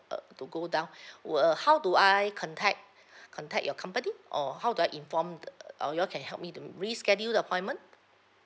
uh to go down who uh how do I contact contact your company or how do I inform the err or you all can help me to reschedule the appointment